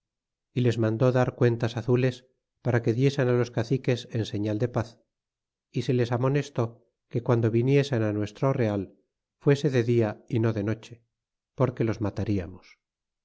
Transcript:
y les mandó dar cuentas azules para que diesen á los caciques en señal de paz y se les amonestó que guando viniesen nuestro real fuese de dia y no de noche porque los matariamos